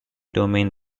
domain